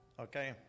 okay